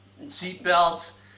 seatbelts